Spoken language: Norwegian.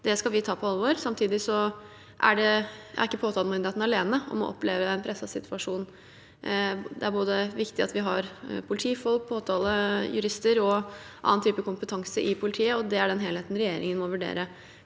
Det skal vi ta på alvor. Samtidig er ikke påtalemyndigheten alene om å oppleve en presset situasjon. Det er viktig at vi har både politifolk, påtalejurister og annen type kompetanse i politiet, og det er den helheten regjering må vurdere.